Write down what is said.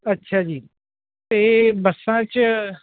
ਅੱਛਾ ਜੀ ਅਤੇ ਬੱਸਾਂ 'ਚ